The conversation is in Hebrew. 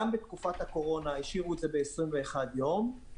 גם בתקופת הקורונה השאירו את זה ב-21 יום.